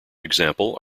example